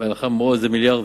וזה מיליארדים.